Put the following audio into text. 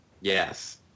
yes